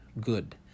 good